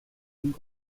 and